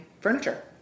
furniture